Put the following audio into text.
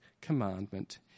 commandment